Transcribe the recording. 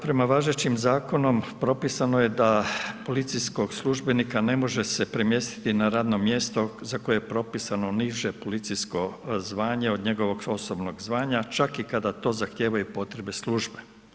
Prema važećem zakonom propisano je da policijskog službenika, ne može se premjestiti na radno mjesto, za koje je propisano niže policijsko zvanje od njegovog osobnog zvanja, čak i kada to zahtijevaju potrebe službe.